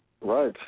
Right